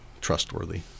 trustworthy